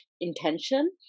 intention